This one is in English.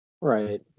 Right